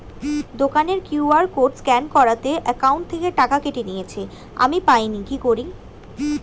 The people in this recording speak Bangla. দোকানের কিউ.আর কোড স্ক্যান করাতে অ্যাকাউন্ট থেকে টাকা কেটে নিয়েছে, আমি পাইনি কি করি?